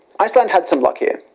iceland had some luck here.